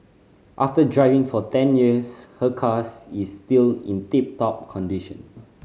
after driving for ten years her cars is still in tip top condition